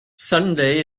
sunday